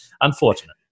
unfortunate